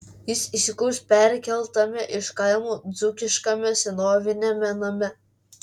jis įsikurs perkeltame iš kaimo dzūkiškame senoviniame name